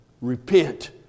Repent